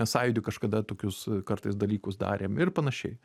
sąjūdį kažkada tokius kartais dalykus darėm ir panašiai